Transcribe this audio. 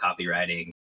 copywriting